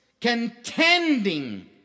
contending